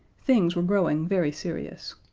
things were growing very serious.